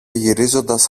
γυρίζοντας